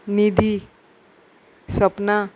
निधी सपना